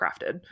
crafted